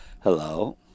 Hello